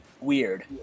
weird